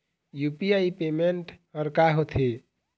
UPI payment हर का होते?